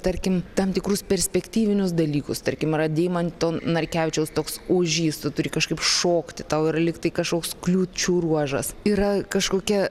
tarkim tam tikrus perspektyvinius dalykus tarkim yra deimanto narkevičiaus toks ožys tu turi kažkaip šokti tau yra lygtai kažkoks kliūčių ruožas yra kažkokia